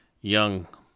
young